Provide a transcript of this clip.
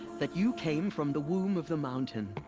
that you came from the womb of the mountain.